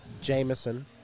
Jameson